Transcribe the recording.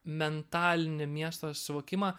mentalinį miesto suvokimą